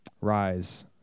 Rise